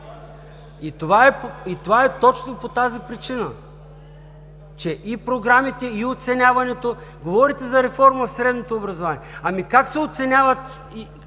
Това е точно по тази причина, че и програмите, и оценяването… Говорите за реформа в средното образование. Как се оценяват